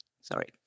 Sorry